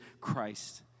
Christ